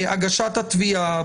הגשת התביעה,